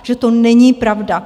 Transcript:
Že to není pravda.